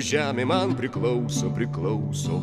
žemė man priklauso priklauso